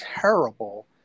terrible